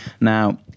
now